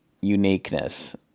uniqueness